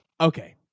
okay